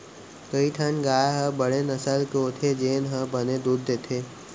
कई ठन गाय ह बड़े नसल के होथे जेन ह बने दूद देथे